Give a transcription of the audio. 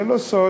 זה לא סוד,